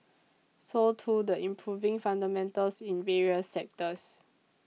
so too the improving fundamentals in various sectors